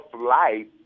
life